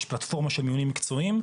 יש פלטפורמה של מנויים מקצועיים.